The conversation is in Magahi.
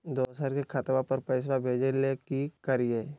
दोसर के खतवा पर पैसवा भेजे ले कि करिए?